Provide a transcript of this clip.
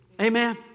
amen